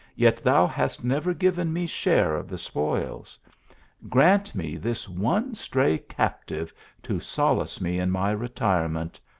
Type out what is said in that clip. yet thou hast never given me share of the spoils grant me this one stray captive to solace me in my retirement,